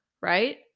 right